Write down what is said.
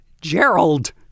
Gerald